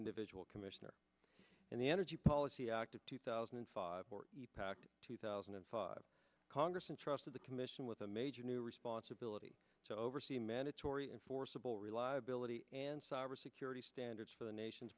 individual commissioner in the energy policy act of two thousand and five or the pact two thousand and five congress and trust of the commission with a major new responsibility to oversee mandatory enforceable reliability and cybersecurity standards for the nation's